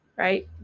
right